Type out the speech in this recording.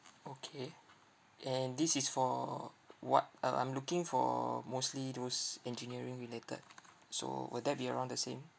okay and this is for what uh I'm looking for mostly those engineering related so will that be around the same